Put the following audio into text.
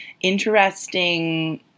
interesting